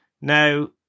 Now